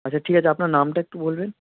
আচ্ছা ঠিক আছে আপনার নামটা একটু বলবেন